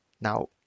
now